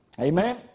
Amen